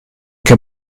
che